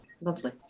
lovely